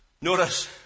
Notice